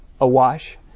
awash